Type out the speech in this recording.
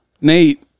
Nate